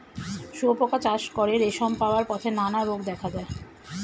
শুঁয়োপোকা চাষ করে রেশম পাওয়ার পথে নানা রোগ দেখা দেয়